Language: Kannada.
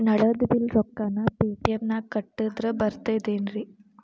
ನಳದ್ ಬಿಲ್ ರೊಕ್ಕನಾ ಪೇಟಿಎಂ ನಾಗ ಕಟ್ಟದ್ರೆ ಬರ್ತಾದೇನ್ರಿ?